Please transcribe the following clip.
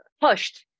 pushed